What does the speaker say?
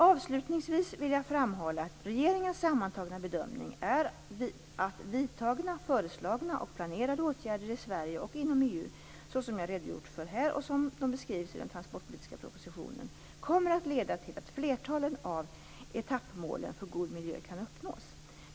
Avslutningsvis vill jag framhålla att regeringens sammantagna bedömning är att vidtagna, föreslagna och planerade åtgärder i Sverige och inom EU - så som jag redogjort för här och som de beskrivs i den transportpolitiska propositionen - kommer att leda till att flertalet av etappmålen för god miljö kan uppnås.